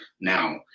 Now